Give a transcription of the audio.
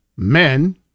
Men